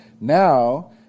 Now